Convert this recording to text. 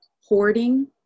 hoarding